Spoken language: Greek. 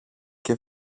και